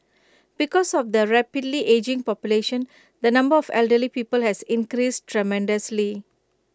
because of the rapidly ageing population the number of elderly people has increased tremendously